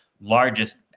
largest